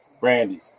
Brandy